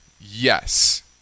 Yes